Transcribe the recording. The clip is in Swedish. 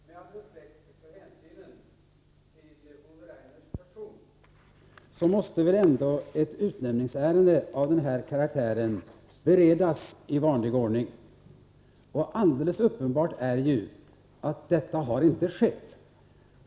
Herr talman! Med all respekt för hänsynen till Ove Rainers person måste Onsdagen den väl ändå ett utnämningsärende av denna karaktär beredas i vanlig ordning. 23 maj 1984 Alldeles uppenbart är ju att detta inte har skett.